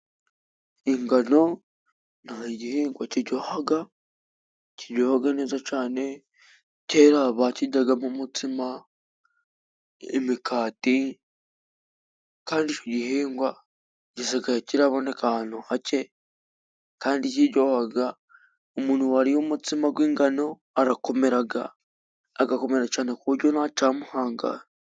Ingano ni igihingwa kiryohaga neza cane kera bakijyaga mu mutsima imikati kandi igihingwa gisigaye kiraboneka ahantu hake kandi kiryohoga umuntu wariye umutsima w'ingano arakomeraga agakomera cane kuburyo nta cyamuhangagara.